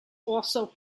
also